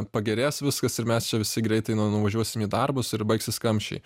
pagerės viskas ir mes čia visi greitai nuvažiuosim į darbus ir baigsis kamščiai